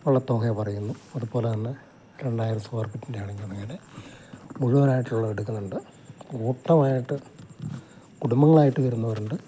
ഉള്ള തുകയാണ് പറയുന്നത് അതുപോലെ തന്നെ രണ്ടായിരം സ്ക്വയർ ഫീറ്റിൻ്റെയാണെങ്കില് അങ്ങനെ മുഴുവനായിട്ടുള്ളതെടുക്കുന്നുണ്ട് കൂട്ടമായിട്ട് കുടുംബങ്ങളായിട്ട് വരുന്നവരുണ്ട്